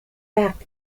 back